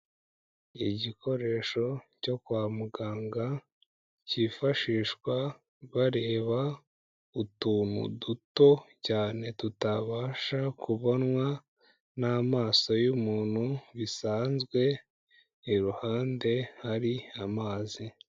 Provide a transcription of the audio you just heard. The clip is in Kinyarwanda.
Igikoresho cyo kwa muganga, cyifashishwa bareba utuntu duto cyane tutabasha kubonwa n'amaso y'umuntu bisanzwe, iruhande hari amazi.